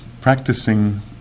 practicing